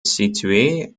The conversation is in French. située